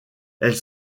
elles